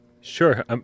Sure